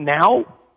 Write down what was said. Now